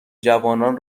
جوانان